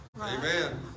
Amen